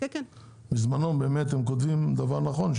הם כותבים דבר נכון,